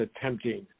attempting